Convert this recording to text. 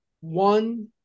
One